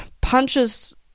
punches